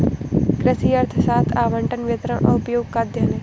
कृषि अर्थशास्त्र आवंटन, वितरण और उपयोग का अध्ययन है